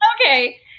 Okay